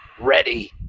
ready